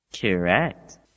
Correct